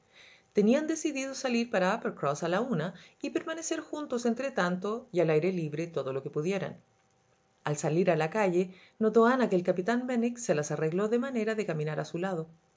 tenían decidido salir para uppercross a la una y permanecer juntos entre tanto y al aire libre todo lo que pudieran al salir a la calle notó ana que el capitán benwick se las arregló de manera de caminar a su lado